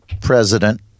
president